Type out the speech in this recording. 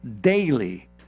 daily